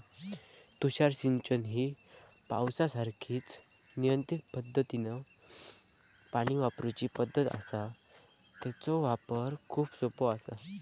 तुषार सिंचन ही पावसासारखीच नियंत्रित पद्धतीनं पाणी वापरूची पद्धत आसा, तेचो वापर खूप सोपो आसा